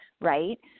right